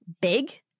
big